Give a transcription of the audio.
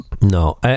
No